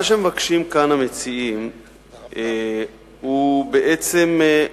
מה שמבקשים כאן המציעים הוא בעצם,